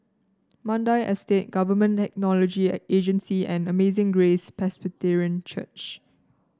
Mandai Estate Government Technology Agency and Amazing Grace Presbyterian Church